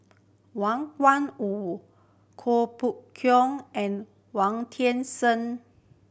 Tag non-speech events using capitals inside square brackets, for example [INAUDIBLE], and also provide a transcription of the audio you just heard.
Wang Gungwu Kuo [UNINTELLIGIBLE] and Wong [UNINTELLIGIBLE] Seng